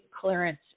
clearance